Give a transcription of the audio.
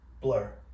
Blur